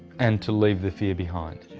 and to leave the fear behind.